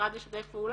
המשרד ישתף פעולה?